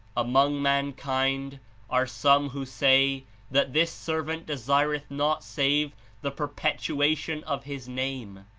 among mankind are some who say that this servant desireth naught save the perpetuation of his name,